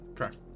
Okay